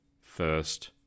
first